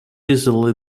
easily